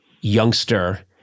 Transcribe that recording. youngster